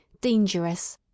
dangerous